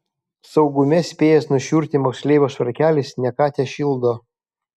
saugume spėjęs nušiurti moksleivio švarkelis ne ką tešildo